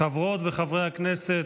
חברות וחברי הכנסת,